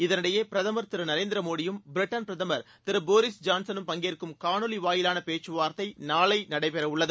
இதனிடையே பிரதமர் திரு நரேந்திர மோடியும் பிரிட்டன் பிரதமர் திரு போரீஸ் ஜான்கனும் பங்கேற்கும் காணொலி வாயிலான பேச்சுவார்த்தை நாளை நடைபெறவுள்ளது